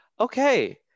okay